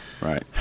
Right